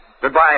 Goodbye